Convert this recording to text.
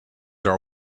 are